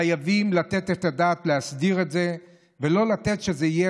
חייבים לתת את הדעת להסדיר את זה ולא לתת שזה יהיה,